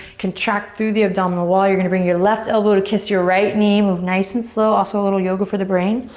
contract through the abdominal wall. you're gonna bring your left elbow to kiss your right knee. move nice and slow. also a little yoga for the brain.